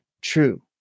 true